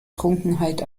trunkenheit